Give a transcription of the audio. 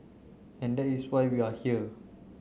and that is why we are here